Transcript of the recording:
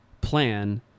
plan